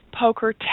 poker